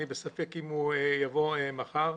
אני בספק אם הוא יבוא מחר.